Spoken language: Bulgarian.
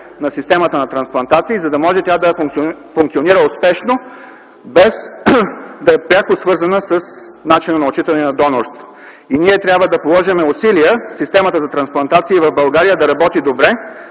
на системата на трансплантации, за да може тя да функционира успешно, без да е пряко свързана с начина на отчитане на донорството. Ние трябва да положим усилия системата за трансплантация в България да работи добре,